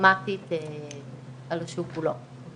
דרמטית על השוק כולו.